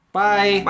Bye